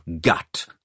gut